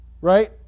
right